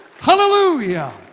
Hallelujah